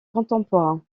contemporains